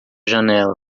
janela